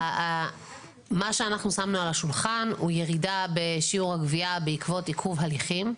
מה ששמנו על השולחן הוא ירידה בשיעור הגבייה בעקבות עיכוב הליכים.